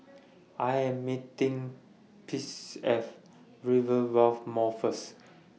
I Am meeting At Rivervale Mall First